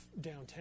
downtown